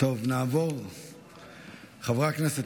חברי הכנסת,